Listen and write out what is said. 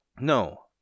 No